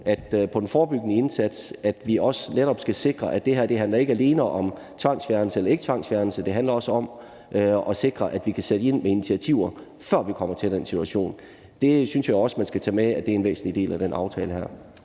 på den forebyggende indsats, og at vi netop skal sikre, at det ikke alene handler om tvangsfjernelse eller ikke tvangsfjernelse, men at det også handler om at sikre, at vi kan sætte ind med initiativer, før vi kommer til den situation. Det synes jeg også at man skal tage med er en væsentlig del af den her